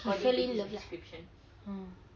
he fell in love lah ah